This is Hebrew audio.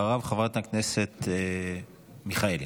אחריו, חברת הכנסת מיכאלי.